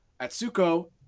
Atsuko